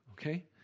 okay